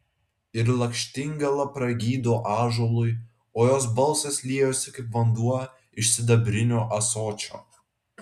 ir lakštingala pragydo ąžuolui o jos balsas liejosi kaip vanduo iš sidabrinio ąsočio